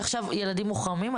יש לי עכשיו ילדים מוחרמים,